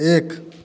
एक